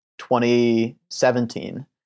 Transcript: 2017